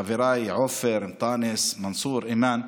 חבריי עופר, אנטאנס, מנסור, אימאן.